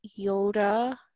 Yoda